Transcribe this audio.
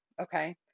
Okay